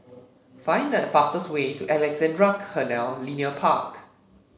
find the fastest way to Alexandra Canal Linear Park